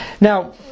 Now